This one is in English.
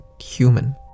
human